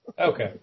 Okay